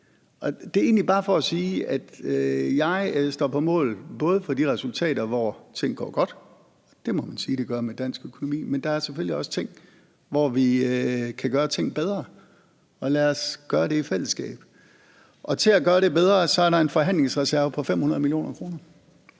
og det må man sige at det gør med dansk økonomi, men der er selvfølgelig også steder, hvor vi kan gøre ting bedre, og lad os gøre det i fællesskab. Til at gøre det bedre er der en forhandlingsreserve på 500 mio. kr.